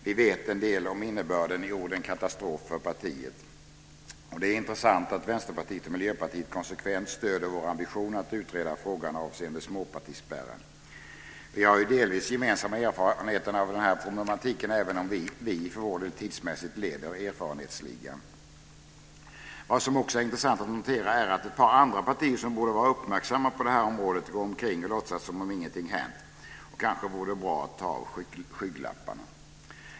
Vi vet en del om innebörden i orden "katastrof för partiet". Det är intressant att Vänsterpartiet och Miljöpartiet konsekvent stöder vår ambition att utreda frågan avseende småpartispärren. Vi har ju delvis gemensamma erfarenheter av denna problematik, även om vi för vår del tidsmässigt leder erfarenhetsligan. Vad som också är intressant att notera är att ett par andra partier, som borde vara uppmärksamma på detta område, går omkring och låtsas som om ingenting hänt. Kanske vore det bra att ta av skygglapparna!